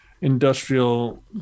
industrial